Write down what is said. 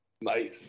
Nice